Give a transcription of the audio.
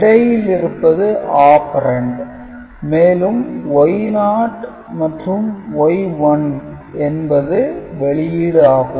இடையில் இருப்பது "Operand" மேலும் Y0 மற்றும் Y1 என்பது வெளியீடு ஆகும்